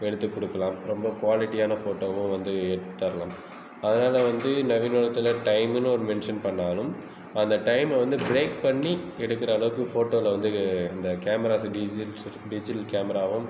எடுத்து கொடுக்கலாம் ரொம்ப குவாலிட்டியான போட்டோவும் வந்து எடுத்து தரலாம் அதனால் வந்து நவீன உலகத்தில் டைம்னு ஒன்று மென்ஷென் பண்ணாலும் அந்த டைம்மை வந்து பிரேக் பண்ணி எடுக்கிற அளவுக்கு போட்டோவில் வந்து இந்த கேமரா டிஜிட் டிஜிடல் கேமராவும்